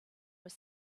was